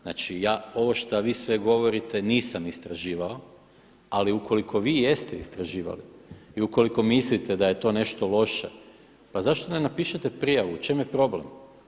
Znači ja ovo sve što vi govorite nisam istraživao ali ukoliko vi jeste istraživali i ukoliko mislite da je to nešto loše pa zašto ne napišete prijavu u čemu je problem?